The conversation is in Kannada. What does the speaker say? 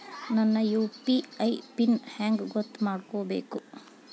ನನ್ನ ಯು.ಪಿ.ಐ ಪಿನ್ ಹೆಂಗ್ ಗೊತ್ತ ಮಾಡ್ಕೋಬೇಕು?